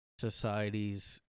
societies